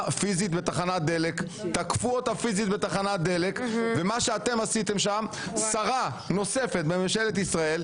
פיזית בתחנת דלק ומה שאתם עשיתם שם שרה נוספת בממשלת ישראל,